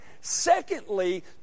secondly